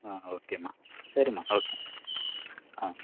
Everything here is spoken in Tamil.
ஆ ஓகேம்மா சரிம்மா ஓகே ஆ